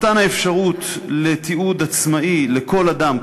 מתן האפשרות לתיעוד עצמאי לכל אדם,